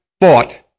fought